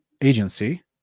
agency